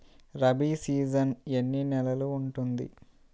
Rabi season ఎన్ని నెలలు ఉంటుంది?